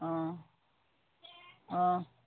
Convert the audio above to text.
অঁ অঁ